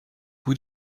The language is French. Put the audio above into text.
vous